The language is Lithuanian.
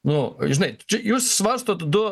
nu žinai čia jūs svarstot du